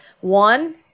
one